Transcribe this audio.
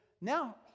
Now